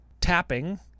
tapping